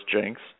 jinx